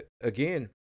Again